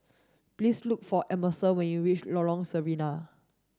please look for Emerson when you reach Lorong Sarina